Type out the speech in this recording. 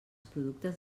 productes